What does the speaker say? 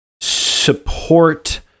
support